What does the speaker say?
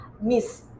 miss